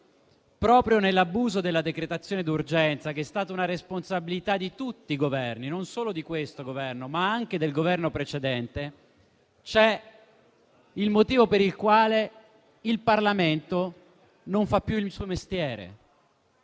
Proprio nell'abuso della decretazione d'urgenza, che è stata una responsabilità di tutti i Governi, non solo di questo, ma anche di quello precedente, risiede il motivo per il quale il Parlamento non fa più il suo mestiere.